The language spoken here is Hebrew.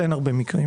אין הרבה מקרים.